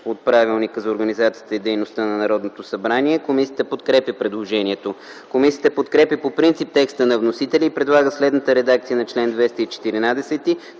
от Правилника за организацията и дейността на Народното събрание. Комисията подкрепя предложението. Комисията подкрепя по принцип текста на вносителя и предлага следната редакция на чл. 214,